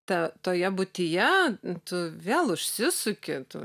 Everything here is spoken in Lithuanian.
ta toje būtyje tu vėl užsisuki tu